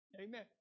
Amen